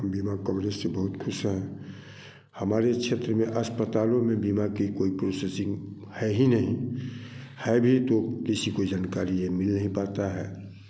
बीमा कवरेज से बहुत खुश है हमारे क्षेत्र में अस्पतालों में बीमा की कोई प्रोसेसिंग है ही नहीं है भी तो किसी को जानकारियाँ मिल नहीं पता है